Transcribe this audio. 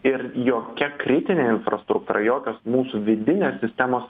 ir jokia kritinė infrastruktūra jokios mūsų vidinės sistemos